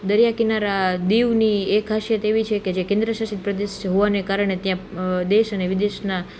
દરિયા કિનારા દીવની એક ખાશિયત એવી છે કે જે કેન્દ્રશાસિત પ્રદેશ હોવાને કારણે ત્યાં દેશ અને વિદેશના